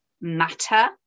matter